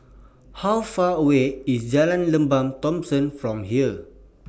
How Far away IS Jalan Lembah Thomson from here